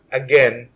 again